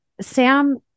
sam